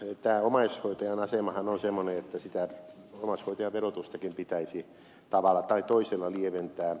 sitten omaishoitajan asemahan on semmoinen että omaishoitajan verotustakin pitäisi tavalla tai toisella lieventää